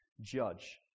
judge